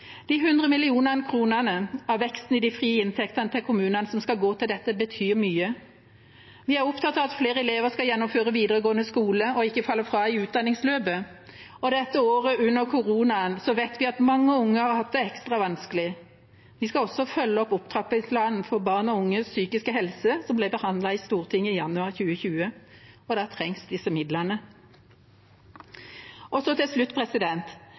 De 100 mill. kr av veksten i de frie inntektene til kommunene som skal gå til dette, betyr mye. Vi er opptatt av at flere elever skal gjennomføre videregående skole og ikke falle fra i utdanningsløpet. Dette året under koronaen vet vi at mange unge har hatt det ekstra vanskelig. Vi skal også følge opp opptrappingsplanen for barn og unges psykiske helse, som ble behandlet i Stortinget i januar 2020. Da trengs disse midlene. Til slutt: